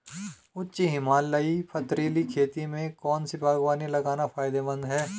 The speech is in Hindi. उच्च हिमालयी पथरीली खेती में कौन सी बागवानी लगाना फायदेमंद है?